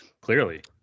clearly